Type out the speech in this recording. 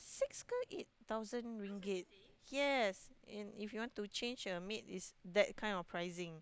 six or eight thousand ringgit yes and if you want change a maid it's that kind of pricing